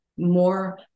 more